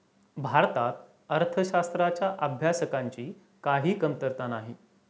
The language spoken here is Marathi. भारतात अर्थशास्त्राच्या अभ्यासकांची काही कमतरता नाही